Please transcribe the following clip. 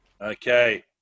Okay